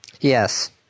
Yes